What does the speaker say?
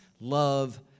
Love